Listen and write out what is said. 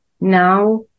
now